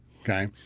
okay